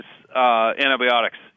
antibiotics